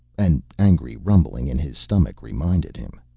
an angry rumbling in his stomach reminded him.